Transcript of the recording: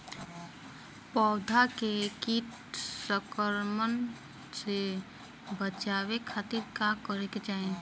पौधा के कीट संक्रमण से बचावे खातिर का करे के चाहीं?